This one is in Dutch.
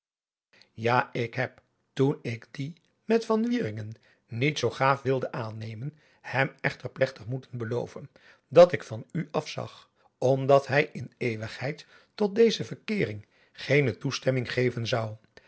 ja ik heb toen ik die met van wieringen niet zoo gaaf wilde aannemen hem echter plegtig moeten beloven dat ik van u afzag omdat hij in eeuwigheid tot deze verkeering geene toestemming geven zou